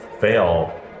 fail